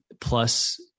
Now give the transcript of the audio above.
plus